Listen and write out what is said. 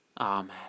Amen